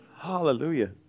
Hallelujah